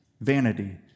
Vanity